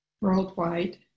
worldwide